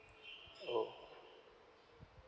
oh